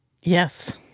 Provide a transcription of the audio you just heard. yes